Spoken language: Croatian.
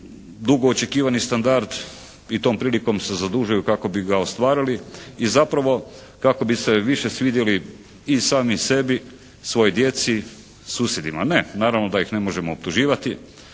dugo očekivani standard i tom prilikom se zadužuju kako bi ga ostvarili i zapravo kako bi se više svidjeli i sami sebi, svojoj djeci, susjedima. Ne. Naravno da ih ne možemo optuživati.